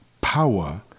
power